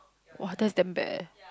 !wah! that is damn bad eh